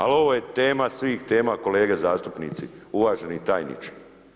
Ali, ovo je tema svih tema kolege zastupnici, uvaženi tajniče.